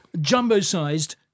jumbo-sized